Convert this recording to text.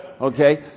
Okay